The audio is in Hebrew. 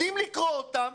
יודעים לקרוא אותם